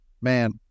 man